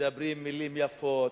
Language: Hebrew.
מדברים מלים יפות,